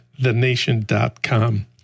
thenation.com